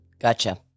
Gotcha